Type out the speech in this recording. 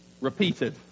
repeated